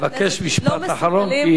אבקש משפט אחרון,